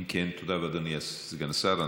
תודה רבה, אדוני סגן השר.